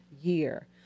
year